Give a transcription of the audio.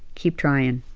keep trying.